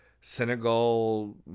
Senegal